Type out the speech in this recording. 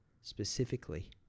Specifically